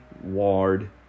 Ward